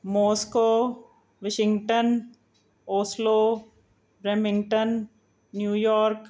Moscow Washington Oslo Bremington New York